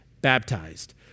baptized